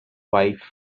wife